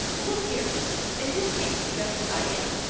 look here if you'll take me just as i am,